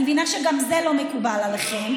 אני מבינה שגם זה לא מקובל עליכם.